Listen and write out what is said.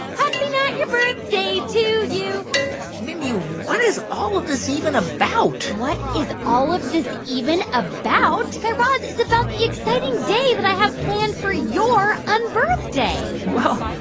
happy not-your-birthday to you mindy, what is all of this even about? what what is all of this even about? guy raz, it's about the exciting day that i have planned for your unbirthday well,